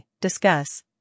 discuss